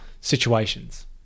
situations